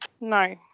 No